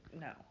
no